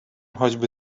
choćby